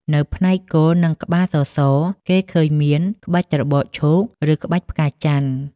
នៅផ្នែកគល់ និងក្បាលសសរ គេឃើញមាន ក្បាច់ត្របកឈូក ឬ ក្បាច់ផ្កាចន្ទន៍។